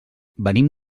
venim